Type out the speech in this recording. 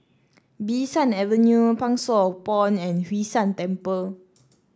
Bee San Avenue Pang Sua Pond and Hwee San Temple